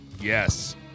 Yes